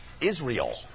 Israel